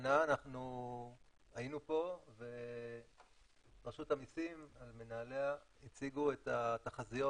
השנה אנחנו היינו פה ורשות המיסים על מנהליה הציגו את התחזיות